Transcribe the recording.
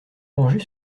ranger